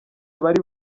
abari